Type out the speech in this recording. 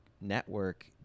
network